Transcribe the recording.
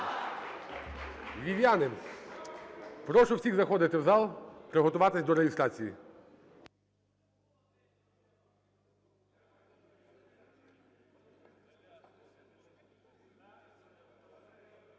Львів'яни… Прошу всіх заходити в зал, приготуватись до реєстрації.